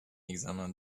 examen